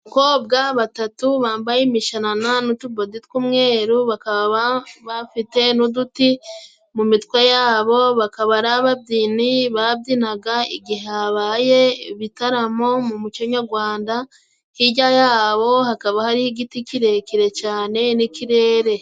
Abakobwa batatu bambaye imishanana n'utubodi tw'umweru, bakaba bafite n'uduti mu mitwe yabo, bakaba ari ababyinyi babyinaga igihe habaye ibitaramo mu muco nyagwanda. Hijya yabo hakaba hariho igiti kirekire cane, n'ikirere.